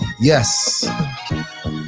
Yes